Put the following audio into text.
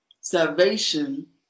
salvation